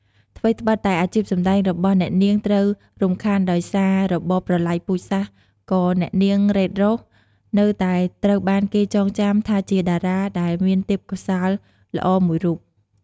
ថ្វីត្បិតតែអាជីពសម្តែងរបស់អ្នកនាងត្រូវរំខានដោយសាររបបប្រល័យពូជសាសន៍ក៏ អ្នកនាង រ៉េត រ៉ូស នៅតែត្រូវបានគេចងចាំថាជាតារាដែលមានទេពកោសល្យល្អមួយរូប។